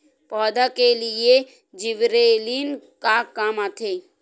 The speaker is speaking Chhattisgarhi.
पौधा के लिए जिबरेलीन का काम आथे?